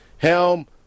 Helm